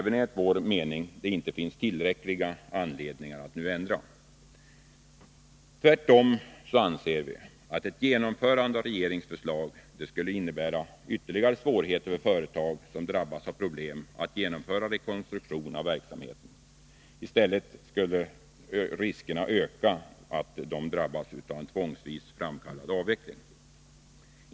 Enligt vår mening finns det inte tillräckliga anledningar till att ändra dessa regler. Tvärtom anser vi att ett genomförande av regeringens förslag skulle innebära ytterligare svårigheter för företag som drabbats av problem att genomföra rekonstruktion av verksamheten. Dessutom skulle riskerna öka att företagen drabbas av en tvångsvis framkallad avveckling.